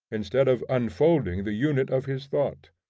instead of unfolding the unit of his thought.